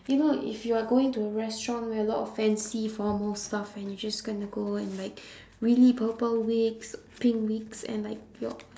you know if you are going to a restaurant where a lot of fancy formal stuff and you just gonna go in like really purple wigs pink wigs and like your